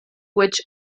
which